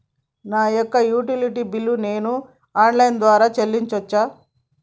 నా యొక్క utility bill ను నేను ఆన్ లైన్ ద్వారా చెల్లించొచ్చా?